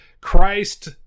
Christ